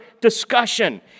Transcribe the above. discussion